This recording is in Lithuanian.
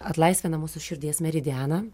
atlaisvina mūsų širdies meridianą